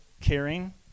caring